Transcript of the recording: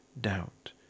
doubt